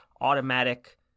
automatic